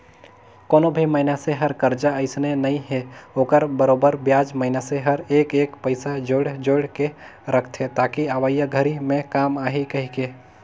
कोनो भी मइनसे हर करजा अइसने नइ हे ओखर बरोबर बियाज मइनसे हर एक एक पइसा जोयड़ जोयड़ के रखथे ताकि अवइया घरी मे काम आही कहीके